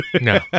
No